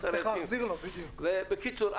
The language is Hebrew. בקיצור,